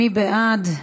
מי בעד?